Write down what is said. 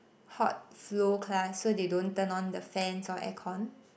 hot flow class so they don't turn on the fans or air con